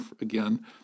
again